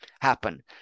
happen